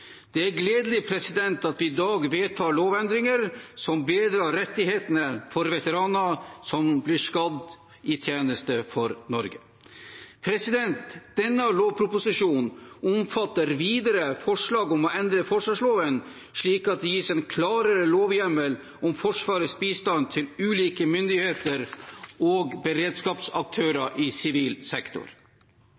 Det er gledelig at vi i dag vedtar lovendringer som bedrer rettighetene for veteraner som blir skadd i tjeneste for Norge. Denne lovproposisjonen omfatter videre forslag om å endre forsvarsloven slik at det gis en klarere lovhjemmel om Forsvarets bistand til ulike myndigheter og beredskapsaktører